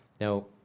Now